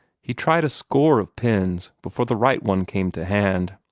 he tried a score of pens before the right one came to hand.